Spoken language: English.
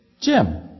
Jim